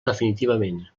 definitivament